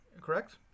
correct